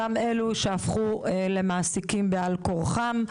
אותם אלו שהפכו למעסיקים בעל כורחם.